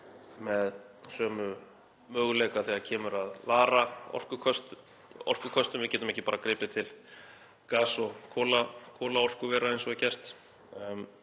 með sömu möguleika þegar kemur að varaorkukostum. Við getum ekki bara gripið til gass og kolaorkuvera eins og er gert